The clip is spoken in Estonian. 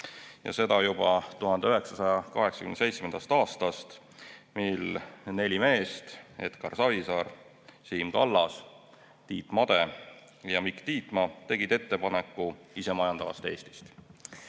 Seda juba 1987. aastast, mil neli meest, Edgar Savisaar, Siim Kallas, Tiit Made ja Mikk Titma, tegid isemajandava Eesti